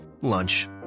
Lunch